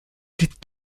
est